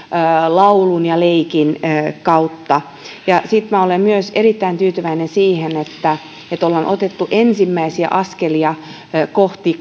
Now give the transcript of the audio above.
laulun ja leikin kautta sitten minä olen myös erittäin tyytyväinen siihen että ollaan otettu ensimmäisiä askelia kohti